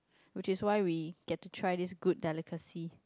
which is why we get to try this good delicacy